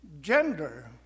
gender